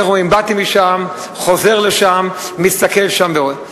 איך אומרים, באתי משם, חוזר לשם, מסתכל שם ורואה.